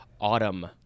Autumn